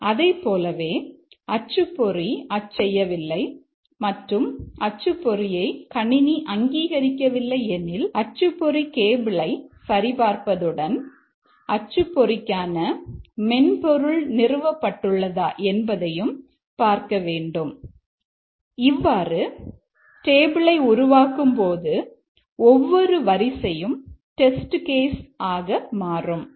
அதைப்போலவே அச்சுப்பொறி அச்சு செய்யவில்லை மற்றும் அச்சுப்பொறியை கணினி அங்கீகரிக்கவில்லை எனில் அச்சுப்பொறி கேபிளை சரி பார்ப்பதுடன் அச்சுப்பொறிக்கான மென்பொருள் நிறுவப்பட்டுள்ளதா என்பதையும் பார்க்க வேண்டும் இவ்வாறு டேபிளை உருவாக்கும்போது ஒவ்வொரு வரிசையும் டெஸ்ட் கேஸ் ஆக மாறும்